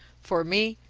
for me,